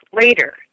later